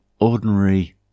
ordinary